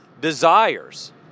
desires